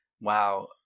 wow